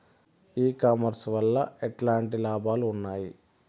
ఈ కామర్స్ వల్ల ఎట్లాంటి లాభాలు ఉన్నాయి?